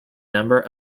number